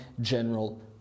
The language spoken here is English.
general